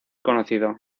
conocido